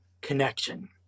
connection